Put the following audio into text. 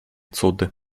cud